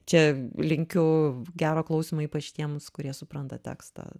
čia linkiu gero klausymo ypač tiems kurie supranta tekstą